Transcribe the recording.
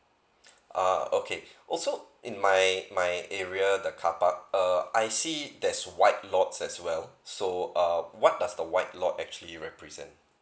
ah okay also in my my area the carpark err I see there's white lots as well so uh what does the white lot actually represent